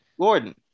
Gordon